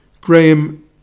Graham